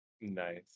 Nice